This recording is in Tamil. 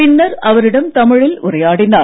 பின்னர் அவரிடம் தமிழில் உரையாடினார்